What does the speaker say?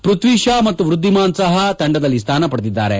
ಪೃಥ್ವಿ ಶಾ ಮತ್ತು ವೃದ್ವಿಮಾನ್ ಸಹಾ ತಂಡದಲ್ಲಿ ಸ್ವಾನ ಪಡೆದಿದ್ದಾರೆ